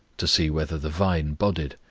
to see whether the vine budded,